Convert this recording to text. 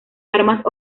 armas